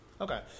Okay